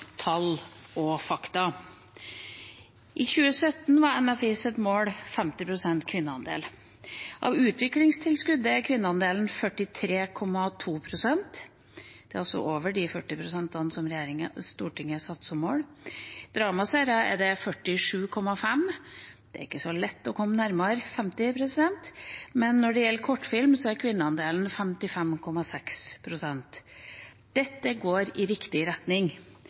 tall og fakta: I 2017 var NFIs mål 50 pst. kvinneandel. Av utviklingstilskuddet er kvinneandelen 43,2 pst., altså over de 40 pst. som Stortinget satte som mål, på dramaserier er det 47,5 pst. – det er ikke så lett å komme nærmere 50 pst. – og når det gjelder kortfilm, er kvinneandelen 55,6 pst. Dette går i riktig retning.